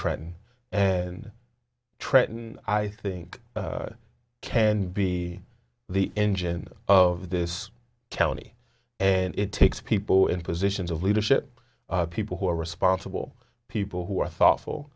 trenton and trenton i think can be the engine of this county and it takes people in positions of leadership people who are responsible people who are thoughtful